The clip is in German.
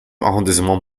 arrondissement